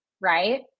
right